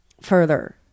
further